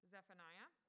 Zephaniah